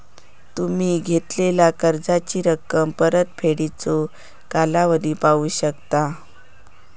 तुम्ही घेतलेला कर्जाची रक्कम, परतफेडीचो कालावधी पाहू शकता